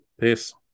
Peace